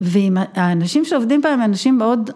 והאנשים שעובדים פה הם אנשים מאוד